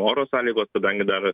oro sąlygos kadangi dar